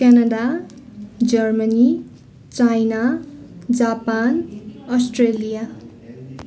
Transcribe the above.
Canada Germany China Japan Australia